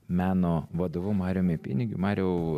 meno vadovu mariumi pinigiu mariau